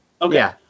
Okay